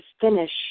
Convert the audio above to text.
finish